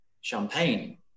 champagne